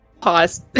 Pause